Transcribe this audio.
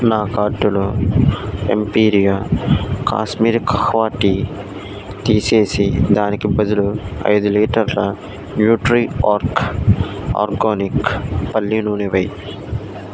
నా కార్టులో ఎంపీరియా కాశ్మీరీ కహ్వా టీ తీసేసి దానికి బదులు ఐదు లీటర్ల న్యూట్రీ ఆర్గ్ ఆర్గానిక్ పల్లీ నూనె వెయ్యి